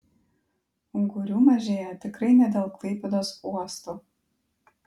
ungurių mažėja tikrai ne dėl klaipėdos uosto